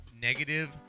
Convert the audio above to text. negative